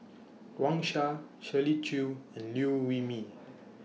Wang Sha Shirley Chew and Liew Wee Mee